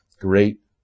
Great